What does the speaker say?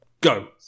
Go